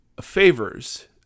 favors